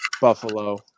Buffalo